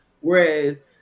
whereas